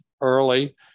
early